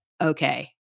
okay